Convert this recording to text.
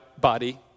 body